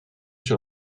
sur